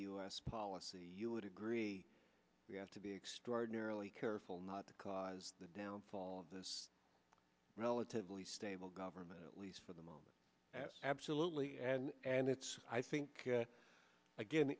s policy you would agree we have to be extraordinarily careful not to cause the downfall of this relatively stable government least for the moment absolutely and and it's i think again